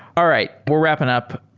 all right, we're wrapping up.